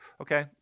okay